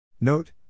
Note